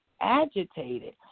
agitated